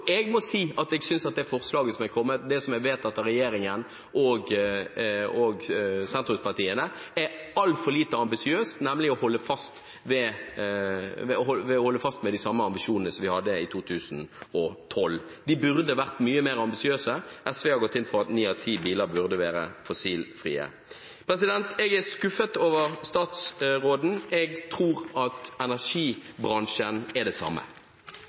Jeg må si at jeg synes det forslaget som er kommet, og som blir vedtatt av regjeringspartiene og sentrumspartiene, er altfor lite ambisiøst, når de holder fast ved de samme ambisjonene som vi hadde i 2012. De burde vært mye mer ambisiøse. SV har gått inn for at ni av ti biler burde være fossilfrie. Jeg er skuffet over statsråden. Jeg tror at energibransjen er det samme.